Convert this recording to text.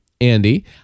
Andy